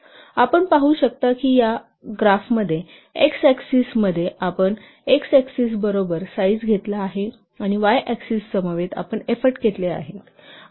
आपण पाहू शकता की या आलेखात x अक्ससीस मध्ये आपण x अक्ससीस बरोबर साईज घेतला आहे आणि y अक्ससीससमवेत आपण एफोर्ट घेतला आहेत